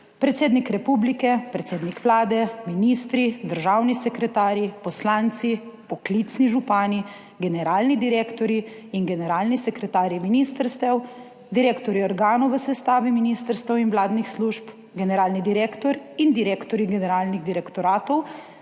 predsednik republike, predsednik Vlade, ministri, državni sekretarji, poslanci, poklicni župani, generalni direktorji in generalni sekretarji ministrstev, direktorji organov v sestavi ministrstev in vladnih služb, generalni direktor in direktorji generalnih direktoratov